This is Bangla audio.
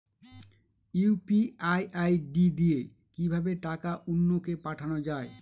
ইউ.পি.আই আই.ডি দিয়ে কিভাবে টাকা অন্য কে পাঠানো যায়?